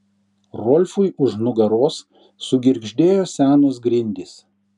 rolfui už nugaros sugirgždėjo senos grindys